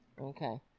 Okay